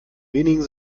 wenigen